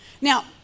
Now